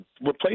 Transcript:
Replace